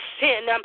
sin